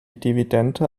dividende